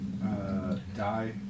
die